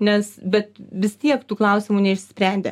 nes bet vis tiek tų klausimų neišsisprendę